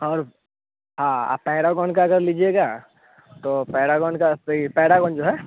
और हाँ आप पेरागॉन का अगर लीजिएगा तो पेरागॉन का पिरी पेरागॉन जो है